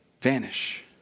vanish